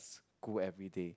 school everyday